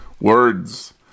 Words